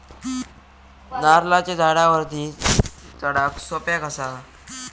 नारळाच्या झाडावरती चडाक सोप्या कसा?